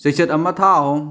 ꯆꯩꯆꯠ ꯑꯃ ꯊꯥ ꯑꯍꯨꯝ